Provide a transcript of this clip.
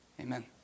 Amen